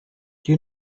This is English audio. you